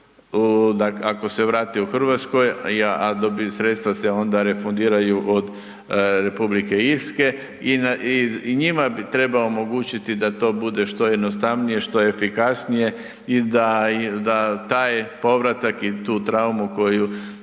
Ako se vrate u RH, sredstva se onda refundiraju od Republike Irske i njima bi trebalo omogućiti da to bude što jednostavnije, što efikasnije i da taj povratak i tu traumu koju